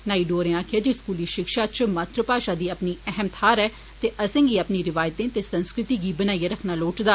नायडू होरें आक्खेआ जे स्कूली शिक्षा च मातृ भाषा दी अपनी अहम थाहर ऐ ते असेंगी अपनी रिवायतें ते संस्कृति गी बनाइए रक्खना लोड़चदा